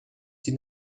die